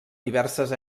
diverses